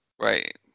Right